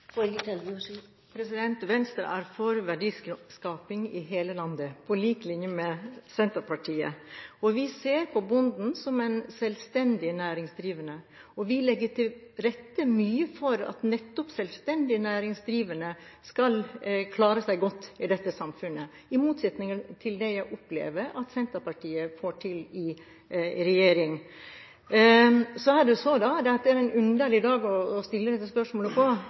eit styrkt jordvern. Venstre er for verdiskaping i hele landet, på lik linje med Senterpartiet. Vi ser på bonden som en selvstendig næringsdrivende, og vi legger mye til rette for at nettopp selvstendig næringsdrivende skal klare seg godt i dette samfunnet, i motsetning til det jeg opplever at Senterpartiet får til i regjering. Så er det en underlig dag å stille dette spørsmålet